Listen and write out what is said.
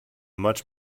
much